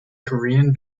korean